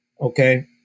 okay